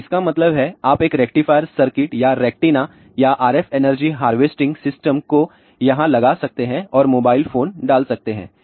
तो इसका मतलब है आप एक रेक्टिफायर सर्किट या रेक्टेंना या RF एनर्जी हार्वेस्टिंग सिस्टम को यहां लगा सकते हैं और मोबाइल फोन डाल सकते हैं